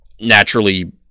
naturally